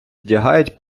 вдягають